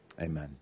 Amen